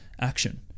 action